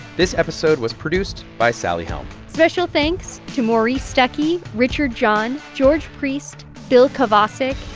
this episode was produced by sally helm special thanks to maury stuckey, richard john, george priest, bill kevasik,